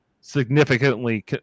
significantly